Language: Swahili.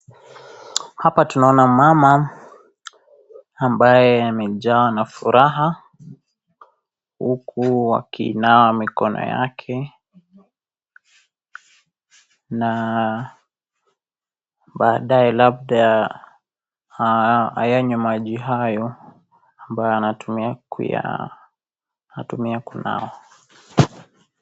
Hapa tunaona mmama ambaye amejawa na furaha huku akinawa mikono yake na baadaye labda ayanywe maji hayo ambayo anayatumia kuya kunawa.